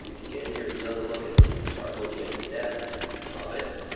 again, here's another look at the chart looking at the deaths of it.